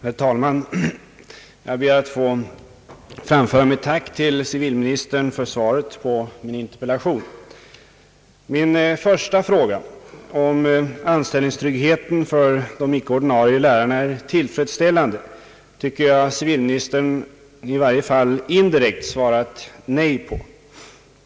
Herr talman! Jag ber att få framföra mitt tack till civilministern för svaret på min interpellation. På min första fråga, om anställningstryggheten för de icke-ordinarie lärarna är tillfredsställande, tycker jag att civilministern i varje fall indirekt har svarat nej.